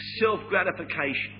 self-gratification